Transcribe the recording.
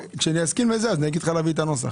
כשאסכים לזה, אגיד לך להביא את הנוסח.